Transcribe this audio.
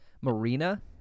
marina